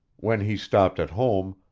when he stopped at home,